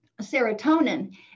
serotonin